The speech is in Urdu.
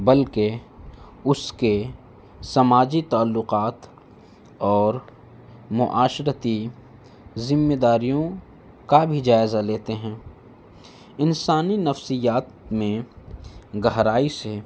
بلکہ اس کے سماجی تعلقات اور معاشرتی ذمہ داریوں کا بھی جائزہ لیتے ہیں انسانی نفسیات میں گہرائی سے